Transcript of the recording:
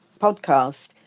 podcast